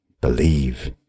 Believe